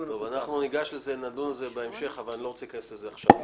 אנחנו נדון בזה בהמשך ואני לא רוצה להיכנס לזה עכשיו.